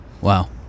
wow